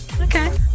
Okay